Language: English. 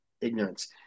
ignorance